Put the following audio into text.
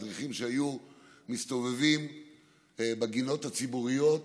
מדריכים שהיו מסתובבים בגינות הציבוריות